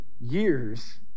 years